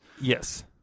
Yes